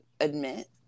admit